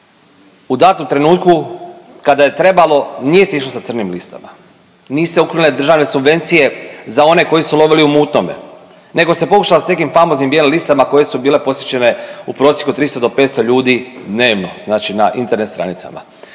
U datom trenutku kada je trebalo, nije se išlo sa crnim listama, nisu se ukinule državne subvencije za one koji su lovili u mutnome nego se pokušalo s nekim famoznim bijelim listama koje su bile posjećene u prosjeku 300 do 500 ljudi dnevno znači na internet stranicama